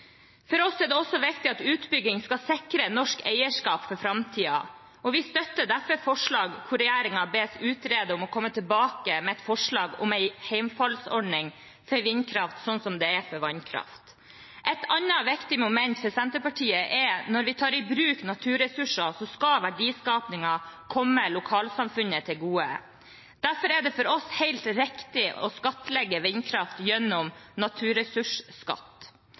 For oss er det også viktig at utbygging skal sikre norsk eierskap for framtiden, og vi støtter derfor forslaget der regjeringen bes «utrede og komme tilbake med forslag om en hjemfallsordning for vindkraft slik det er for vannkraft». Et annet viktig moment for Senterpartiet er at når vi tar i bruk naturressurser, skal verdiskapingen komme lokalsamfunnet til gode. Derfor er det for oss helt riktig å skattlegge vindkraft gjennom naturressursskatt.